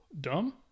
Dumb